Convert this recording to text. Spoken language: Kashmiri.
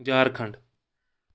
جارکھنٛڈ